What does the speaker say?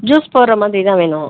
juice போடுற மாதிரி தான் வேணும்